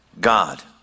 God